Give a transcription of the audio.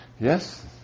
Yes